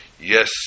Yes